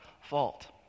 fault